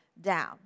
down